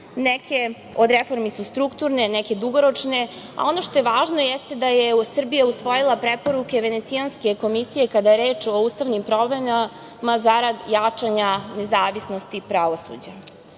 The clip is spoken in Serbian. Neke od reformi su strukturne, neke dugoročne, a ono što je važno jeste da je Srbija usvojila preporuke Venecijanske komisije kada je reč o ustavnim promenama zarad jačanja nezavisnosti pravosuđa. Evropska